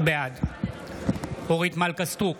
בעד אורית מלכה סטרוק,